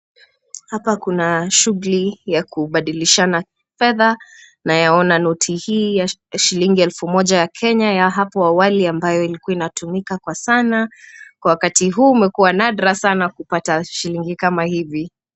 Hapa kuna shuguli ya kubadilishana fedha na yaona noti hii shilingi elfu moja ya kenya ya hapo awali ambayo ilikuwa inatumika kwa sana. Kwa wakati huu umekuwa nadra sana kupata shilingi kama hivi.